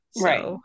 Right